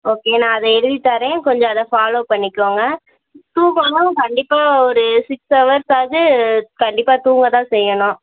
okay நான் அதை எழுதி தரேன் கொஞ்சம் அதை ஃபாலோ பண்ணிக்கோங்க தூக்கமும் கண்டிப்பாக ஒரு சிக்ஸ் ஹவர்ஸ் ஆவது கண்டிப்பாக தூங்க தான் செய்யணும்